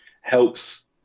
helps